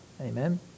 Amen